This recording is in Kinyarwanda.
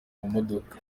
mamodoka